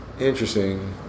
interesting